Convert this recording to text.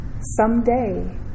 Someday